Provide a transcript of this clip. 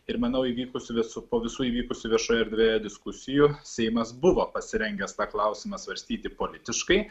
ir manau įvykus visų po visų įvykusių viešoje erdvėje diskusijų seimas buvo pasirengęs tą klausimą svarstyti politiškai